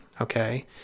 okay